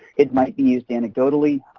it might be used anecdotally.